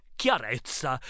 chiarezza